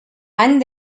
any